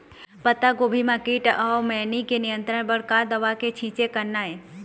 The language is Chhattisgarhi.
पत्तागोभी म कीट अऊ मैनी के नियंत्रण बर का दवा के छींचे करना ये?